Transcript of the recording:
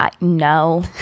No